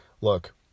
look